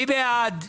מי בעד?